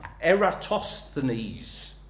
Eratosthenes